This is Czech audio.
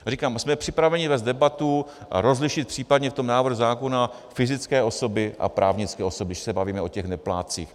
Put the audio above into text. Já říkám, jsme připraveni vést debatu, rozlišit případně v návrhu zákona fyzické osoby a právnické osoby, když se bavíme o těch neplátcích.